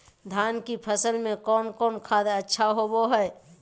धान की फ़सल में कौन कौन खाद अच्छा होबो हाय?